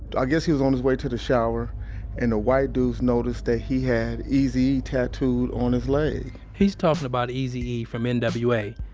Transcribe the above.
i guess he was on his way to the shower and the white dudes noticed that he had eazy-e tattooed on his leg he's talking about eazy-e from n w a,